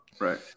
Right